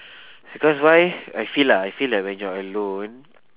because why I feel lah I feel like when you're alone